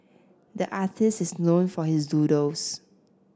the artist is known for his doodles